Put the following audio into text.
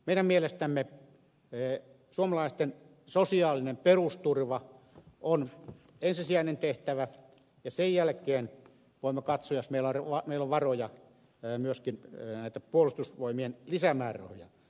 meidän mielestämme suomalaisten sosiaalinen perusturva on ensisijainen tehtävä ja sen jälkeen voimme katsoa jos meillä on myöskin näitä puolustusvoimien lisämäärärahoja